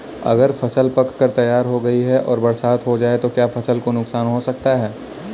अगर फसल पक कर तैयार हो गई है और बरसात हो जाए तो क्या फसल को नुकसान हो सकता है?